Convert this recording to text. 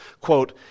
quote